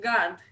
God